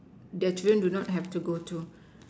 their children do not have to go to